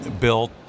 built